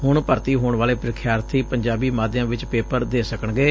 ਹੁਣ ਭਰਤੀ ਹੋਣ ਵਾਲੇ ਪ੍ਰੀਖਿਆਰਥੀ ਪੰਜਾਬੀ ਮਾਧਿਅਮ ਵਿੱਚ ਪੇਪਰ ਦੇ ਸਕਣਗੇ